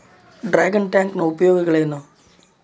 Dragon tank ಉಪಯೋಗಗಳೇನು?